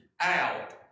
out